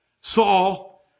Saul